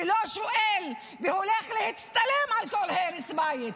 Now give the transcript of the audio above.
שלא שואל והולך להצטלם על כל הרס בית.